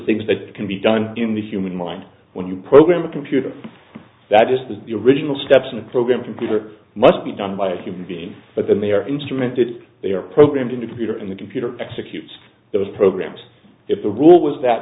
things that can be done in the human mind when you program a computer that just does the original steps of the program computer must be done by a human being but the mere instrument did they are programmed into computer in the computer executes those programs if the rule was that